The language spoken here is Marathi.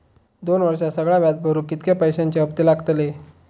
दोन वर्षात सगळा व्याज भरुक कितक्या पैश्यांचे हप्ते लागतले?